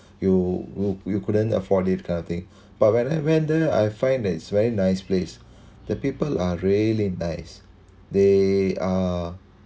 you would you couldn't afford it kind of thing but when I went there I find that it's very nice place the people are really nice they are